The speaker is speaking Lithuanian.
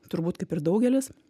turbūt kaip ir daugelis